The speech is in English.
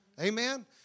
Amen